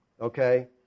Okay